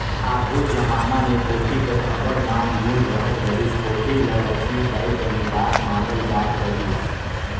आघु जबाना मे कोठी कर अब्बड़ मान गुन रहत रहिस, कोठी ल लछमी दाई कर निबास मानल जात रहिस